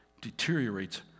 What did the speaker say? deteriorates